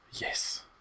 Yes